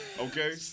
okay